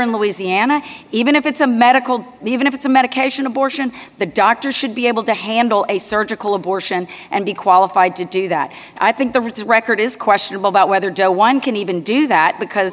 in louisiana even if it's a medical even if it's a medication abortion the doctor should be able to handle a surgical abortion and be qualified to do that i think the writs record is questionable about whether joe one can even do that because